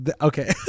okay